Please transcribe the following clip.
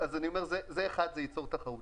זה ייצור תחרות.